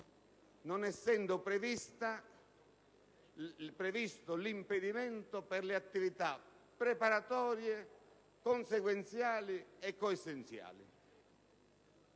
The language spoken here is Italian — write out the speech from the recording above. non essendo previsto l'impedimento per le attività preparatorie, consequenziali e coessenziali.